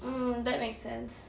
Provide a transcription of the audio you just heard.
mmhmm that makes sense